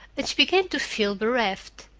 and she began to feel bereft.